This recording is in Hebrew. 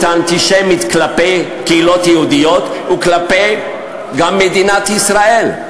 האנטישמית כלפי קהילות יהודיות וגם כלפי מדינת ישראל.